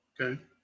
okay